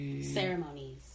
Ceremonies